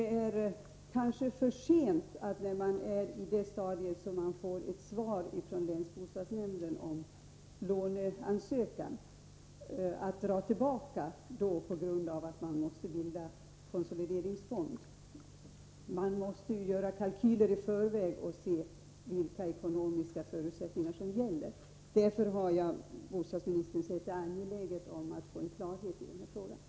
När man befinner sig i det stadiet att man får ett svar från länsbostadsnämnden om låneansökan, är det kanske för sent att dra tillbaka ansökan på grund av att man först måste inrätta en konsolideringsfond. Man måste göra kalkyler i förväg och se vilka ekonomiska förutsättningar som gäller. Därför har jag, herr bostadsminister, funnit det angeläget att få klarhet i denna fråga.